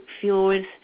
fuels